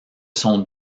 sont